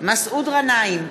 מסעוד גנאים,